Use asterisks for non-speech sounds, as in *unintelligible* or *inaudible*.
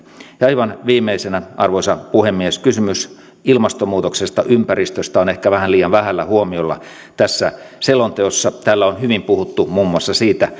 aivan viimeisenä arvoisa puhemies kysymys ilmastonmuutoksesta ja ympäristöstä on ehkä vähän liian vähällä huomiolla tässä selonteossa täällä on hyvin puhuttu muun muassa siitä *unintelligible*